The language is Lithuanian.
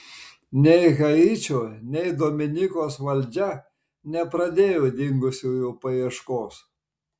nei haičio nei dominikos valdžia nepradėjo dingusiųjų paieškos